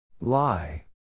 Lie